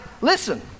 listen